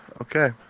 Okay